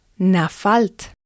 nafalt